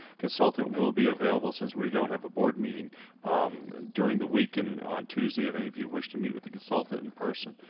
consultant will be available since we don't have a board meeting during the week and on tuesday if any of you wish to meet with the consultant in person,